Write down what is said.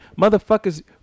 motherfuckers